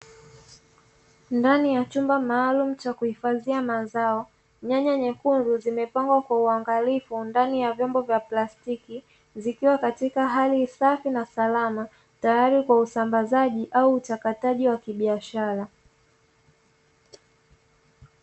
Ndani ya chumba maalumu cha kuhifadhia mazao, nyanya nyekundu zimepangwa kwa uangalifu ndani ya vyombo vya plastiki, vikiwa katika hali safi na salama, tayari kwa usambazaji au uchakataji wa kibiashara.